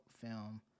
film